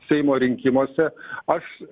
seimo rinkimuose aš